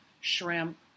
shrimp